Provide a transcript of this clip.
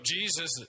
Jesus